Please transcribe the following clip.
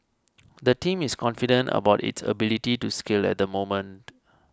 the team is confident about it ability to scale at the moment